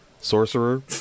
sorcerer